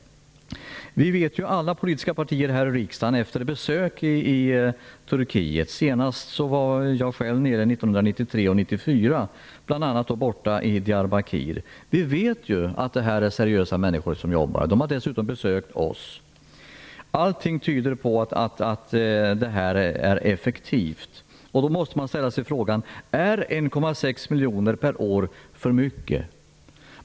Jag var senast själv nere i Turkiet 1993 och 1994. Jag var bl.a. i Diayrbakir. Alla politiska partier vet att det är seriösa människor som jobbar. De har dessutom besökt oss. Allting tyder på att detta arbete är effektivt. Då måste man ställa sig frågan om 1,6 miljoner per år är för mycket.